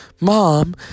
Mom